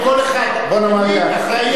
בוא נאמר ככה,